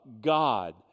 God